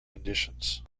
conditions